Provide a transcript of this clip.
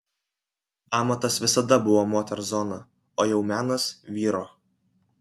amatas visada buvo moters zona o jau menas vyro